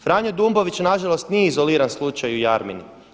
Franjo Dumbović nažalost nije izolirani slučaj u Jarmini.